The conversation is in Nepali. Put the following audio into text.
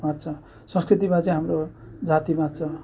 बाँच्छ संस्कृति बाँचे हाम्रो जाति बाँच्छ